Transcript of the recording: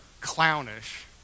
clownish